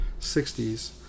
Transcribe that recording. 60s